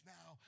now